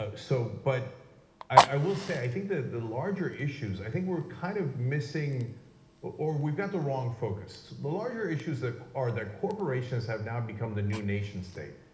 ah so but i will say i think that the larger issues, i think we're kind of missing or we've got the wrong focus. the larger issues that ah are their corporations have now become the new nation state.